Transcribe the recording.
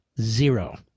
Zero